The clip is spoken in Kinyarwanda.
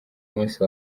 musi